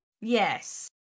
Yes